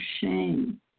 shame